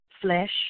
flesh